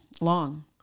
long